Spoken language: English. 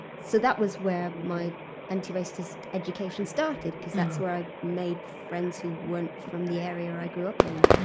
so that was where my anti-racist education started because that's where i made friends who weren't from the area or i grew up in.